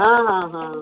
हा हा हा